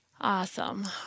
Awesome